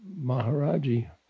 Maharaji